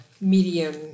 medium